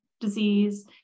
disease